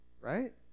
Right